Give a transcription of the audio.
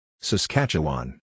Saskatchewan